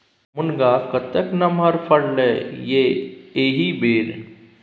मुनगा कतेक नमहर फरलै ये एहिबेर